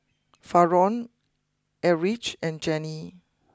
Faron Erich and Jenni